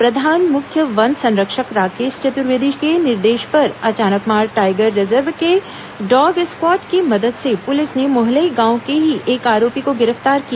प्रधान मुख्य वन संरक्षक राकेश चतुर्वेदी के निर्देश पर अचानकमार टाईगर रिजर्व के डॉग स्क्वाड की मदद से पुलिस ने मोहलई गांव के ही एक आरोपी को गिरफ्तार किया